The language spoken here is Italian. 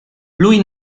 lui